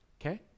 okay